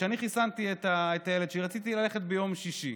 כשאני חיסנתי את הילד שלי, רציתי ללכת ביום שישי.